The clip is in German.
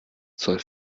soll